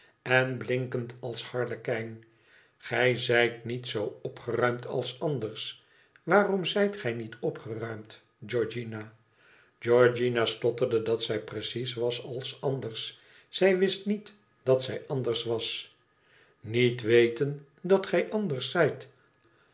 en blinkend als harlekijn igij zijt niet zoo opgeruimd als anders waarom zijt gij niet opgeruimd georgiana georgiana stotterde dat zij precies was als anders zij wist niet dat zij anders was iniet weten dat gij anders zijt